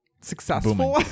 successful